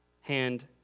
Hand